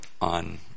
on